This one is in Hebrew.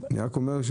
להעלות.